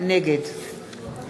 נגד